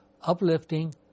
uplifting